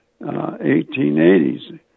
1880s